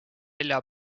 nelja